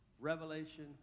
revelation